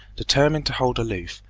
determined to hold aloof,